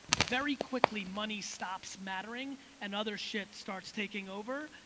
very quickly, money stops mattering and other shit starts taking over.